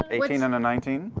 eighteen and a nineteen.